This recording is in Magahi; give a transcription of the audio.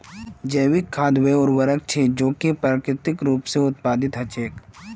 जैविक खाद वे उर्वरक छेक जो कि प्राकृतिक रूप स उत्पादित हछेक